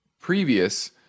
previous